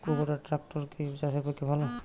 কুবটার ট্রাকটার কি চাষের পক্ষে ভালো?